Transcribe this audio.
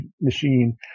machine